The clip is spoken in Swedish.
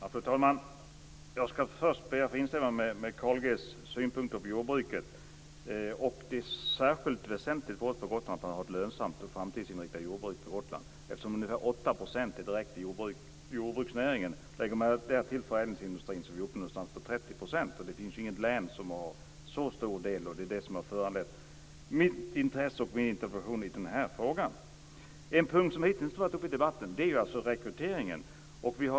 Fru talman! Jag skall först be att få instämma i Carl G Nilssons synpunkter på jordbruket. Särskilt för oss på Gotland är det väsentligt att ha ett lönsamt och framtidsinriktat jordbruk eftersom 8 % av befolkningen där finns direkt inom jordbruksnäringen. Lägger man till förädlingsindustrin är vi uppe i omkring 30 %. Inget annat län har en så stor jordbruksandel. Det är detta som föranlett mitt intresse och min interpellation i det här sammanhanget. En punkt som hittills inte tagits upp i debatten är rekryteringen till näringen.